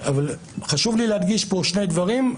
חשוב לי להדגיש כאן שני דברים.